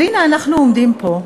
והנה אנחנו עומדים פה,